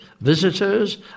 visitors